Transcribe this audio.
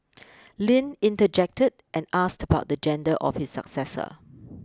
Lin interjected and asked about the gender of his successor